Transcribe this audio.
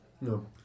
no